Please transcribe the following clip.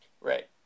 Right